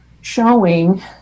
showing